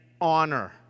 honor